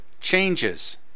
changes